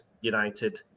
United